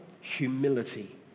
humility